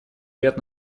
лет